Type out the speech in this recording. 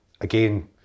again